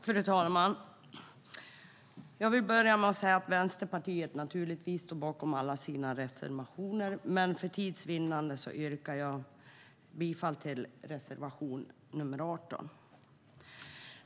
Fru talman! Naturligtvis står vi i Vänsterpartiet bakom alla våra reservationer. Men för tids vinnande yrkar jag bifall endast till reservation 18.